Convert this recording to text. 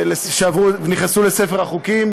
העברתי עשרות חוקים שנכנסו לספר החוקים.